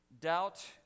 doubt